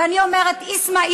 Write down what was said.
ואני אומרת: אסמע,